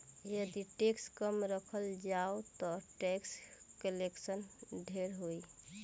यदि टैक्स कम राखल जाओ ता टैक्स कलेक्शन ढेर होई